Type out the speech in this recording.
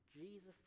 Jesus